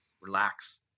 relax